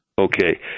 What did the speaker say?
Okay